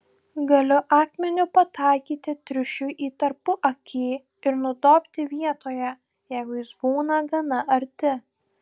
galiu akmeniu pataikyti triušiui į tarpuakį ir nudobti vietoje jeigu jis būna gana arti